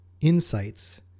insights